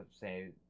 say